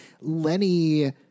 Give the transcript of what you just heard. Lenny